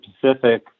pacific